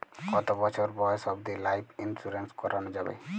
কতো বছর বয়স অব্দি লাইফ ইন্সুরেন্স করানো যাবে?